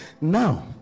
now